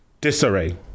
disarray